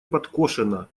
подкошена